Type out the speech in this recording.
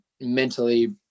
mentally